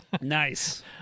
Nice